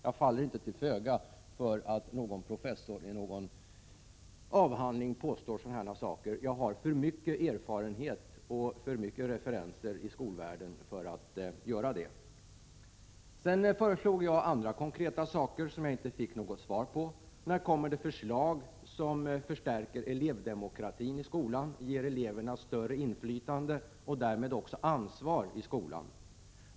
Jag faller inte till föga bara därför att någon professor i någon avhandling har gjort sådana här uttalanden. För min del har jag för mycket erfarenhet och för många referenser i skolvärlden för att göra detta. Jag föreslog andra konkreta saker, men fick inget svar. När kommer förslag som skulle kunna stärka elevdemokratin i skolan och ge eleverna större inflytande och därmed också ansvar i skolan?